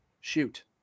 shoot